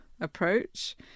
approach